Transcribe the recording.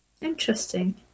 Interesting